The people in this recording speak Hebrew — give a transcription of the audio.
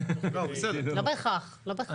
לא בהכרח, לא בהכרח.